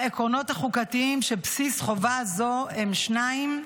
העקרונות החוקתיים שבבסיס חובה זו הם שניים: